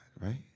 right